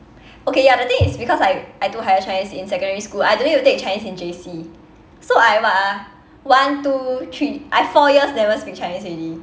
okay ya the thing is because I I took higher chinese in secondary school I don't need to take chinese in J_C so I what ah one two three I four years never speak chinese already